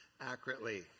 accurately